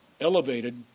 elevated